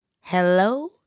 Hello